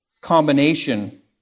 combination